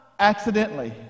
accidentally